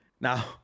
Now